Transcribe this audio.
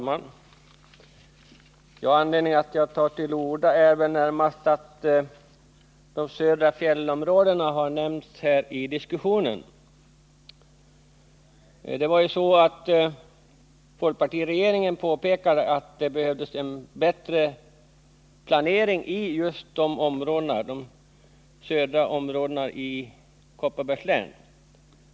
Herr talman! Anledningen till att jag tar till orda är närmast att de södra fjällområdena har nämnts här i diskussionen. Jag vill i anslutning därtill nämna att folkpartiregeringen påpekade att det behövdes en bättre planering av just dessa områden, och det gäller då Kopparbergs län.